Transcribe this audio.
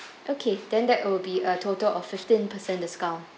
okay then that will be a total of fifteen percent discount